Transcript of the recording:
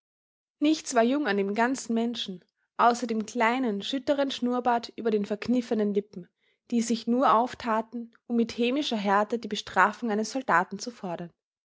nichts war jung an dem ganzen menschen außer dem kleinen schütteren schnurrbart über den verkniffenen lippen die sich nur auftaten um mit hämischer härte die bestrafung eines soldaten zu fordern